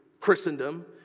Christendom